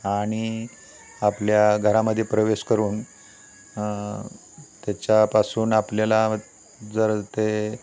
आणि आपल्या घरामध्ये प्रवेश करून त्याच्यापासून आपल्याला जर ते